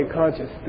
conscious